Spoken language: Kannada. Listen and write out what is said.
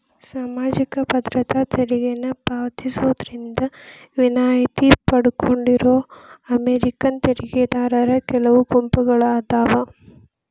ಸಾಮಾಜಿಕ ಭದ್ರತಾ ತೆರಿಗೆನ ಪಾವತಿಸೋದ್ರಿಂದ ವಿನಾಯಿತಿ ಪಡ್ಕೊಂಡಿರೋ ಅಮೇರಿಕನ್ ತೆರಿಗೆದಾರರ ಕೆಲವು ಗುಂಪುಗಳಾದಾವ